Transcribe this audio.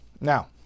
Now